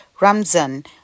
Ramzan